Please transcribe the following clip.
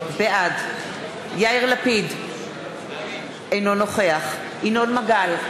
בעד יאיר לפיד, אינו נוכח ינון מגל,